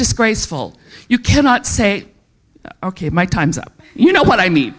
disgraceful you cannot say ok my time's up you know what i mean